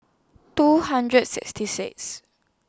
two hundred sixty six